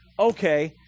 okay